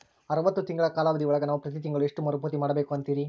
ಅರವತ್ತು ತಿಂಗಳ ಕಾಲಾವಧಿ ಒಳಗ ನಾವು ಪ್ರತಿ ತಿಂಗಳು ಎಷ್ಟು ಮರುಪಾವತಿ ಮಾಡಬೇಕು ಅಂತೇರಿ?